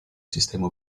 sistema